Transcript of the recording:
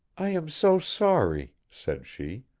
i am so sorry, said she.